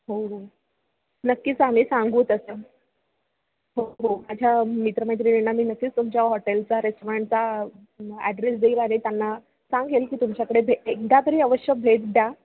हो हो नक्कीच आम्ही सांगू तसं हो हो माझ्या मित्र मैत्रिणींना मी नक्कीच तुमच्या हॉटेलचा रेस्टॉरंटचा ॲड्रेस देईल आणि त्यांना सांगेल की तुमच्याकडे भेट एकदा तरी अवश्य भेट द्या